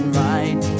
right